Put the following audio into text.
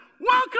welcome